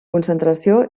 concentració